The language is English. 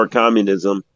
communism